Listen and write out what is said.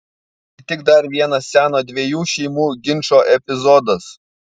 tai tik dar vienas seno dviejų šeimų ginčo epizodas